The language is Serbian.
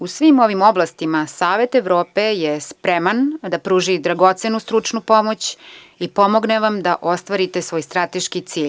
U svim ovim oblastima Savet Evrope je spreman da pruži dragocenu stručnu pomoć i pomogne vam da ostvarite svoj strateški cilj.